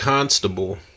Constable